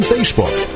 Facebook